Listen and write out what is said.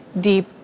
deep